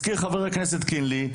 כמו שהזכיר חבר הכנסת קינלי,